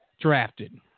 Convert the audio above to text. drafted